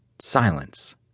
silence